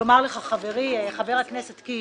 לומר לך חברי, חברי הכנסת קיש,